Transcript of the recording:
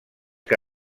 que